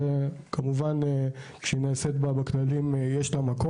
שיש לה מקום כשהיא נעשית בתנאים הנכונים.